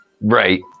Right